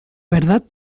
verdad